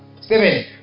Stephen